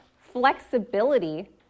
flexibility